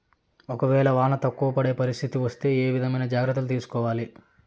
ఒక వేళ వాన తక్కువ పడే పరిస్థితి వస్తే ఏ విధమైన జాగ్రత్తలు తీసుకోవాలి?